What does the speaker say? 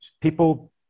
People